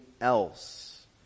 else